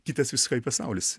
kitas visiškai pasaulis